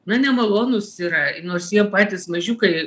na nemalonūs yra nors jie patys mažiukai